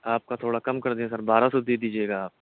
آپ کا تھوڑا کم کر دیں سر بارہ سو دیجیے گا آپ